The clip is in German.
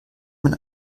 man